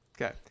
okay